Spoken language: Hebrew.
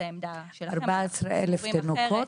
14,000 תינוקות?